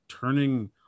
turning